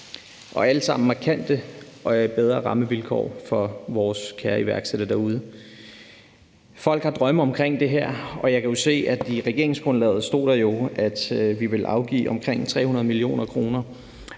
er alt sammen markante og bedre rammevilkår for vores kære iværksættere derude. Folk har drømme omkring det her, og jeg kan jo se, at i regeringsgrundlaget stod der, at vi ville afgive omkring 300 mio. kr.